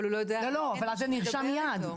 אבל אין מי שידבר איתו.